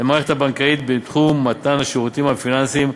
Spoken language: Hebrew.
למערכת הבנקאית בתחום מתן השירותים הפיננסיים,